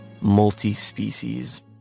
multi-species